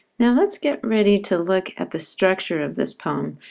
now let's get ready to look at the structure of this poem.